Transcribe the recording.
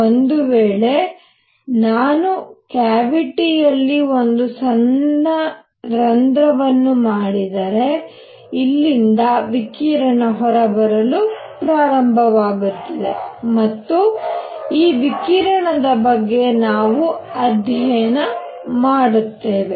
ಒಂದು ವೇಳೆ ನಾನು ಕ್ಯಾವಿಟಿಯಲ್ಲಿ ಒಂದು ಸಣ್ಣ ರಂಧ್ರವನ್ನು ಮಾಡಿದರೆ ಇಲ್ಲಿಂದ ವಿಕಿರಣ ಹೊರಬರಲು ಪ್ರಾರಂಭವಾಗುತ್ತದೆ ಮತ್ತು ಈ ವಿಕಿರಣದ ಬಗ್ಗೆ ನಾವು ಅಧ್ಯಯನ ಮಾಡುತ್ತೇವೆ